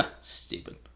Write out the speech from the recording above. Stupid